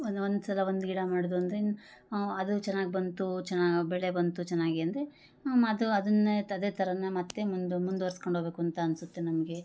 ಒಂದೊಂದು ಸಲ ಒಂದು ಗಿಡ ಮಾಡೋದು ಅಂದ್ರಿನ ಅದು ಚೆನ್ನಾಗ್ ಬಂತು ಚೆನ್ನಾಗ್ ಬೆಳೆ ಬಂತು ಚೆನ್ನಾಗಿ ಅಂದರೆ ಮತ್ತು ಅದನ್ನೇ ಅದೇ ಥರಾನೆ ಮತ್ತು ಮುಂದು ಮುಂದುವರಿಸ್ಕೊಂಡ್ ಹೋಗಬೇಕು ಅಂತ ಅನಿಸುತ್ತೆ ನಮಗೆ